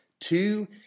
two